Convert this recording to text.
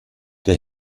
der